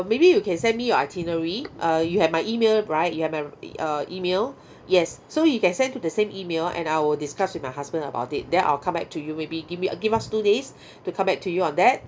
maybe you can send me your itinerary uh you have my email right you have my uh email yes so you can send to the same email and I will discuss with my husband about it then I'll come back to you maybe give me uh give us two days to come back to you on that